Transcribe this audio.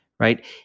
right